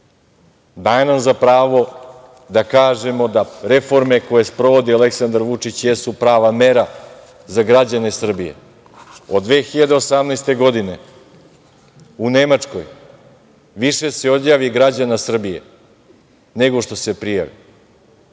Daje nam za pravo da kažemo da reforme koje sprovodi Aleksandar Vučić jesu prava mera za građane Srbije. Od 2018. godine u Nemačkoj više se odjavi građana Srbije nego što se prijavi.